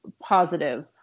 positive